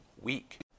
week